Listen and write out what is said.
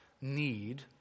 need